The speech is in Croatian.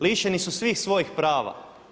Lišeni su svih svojih prava.